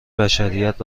بشریت